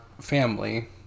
family